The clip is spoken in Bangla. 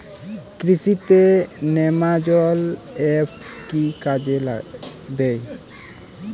কৃষি তে নেমাজল এফ কি কাজে দেয়?